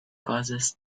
causes